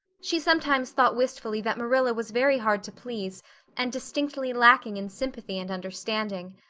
she sometimes thought wistfully that marilla was very hard to please and distinctly lacking in sympathy and understanding.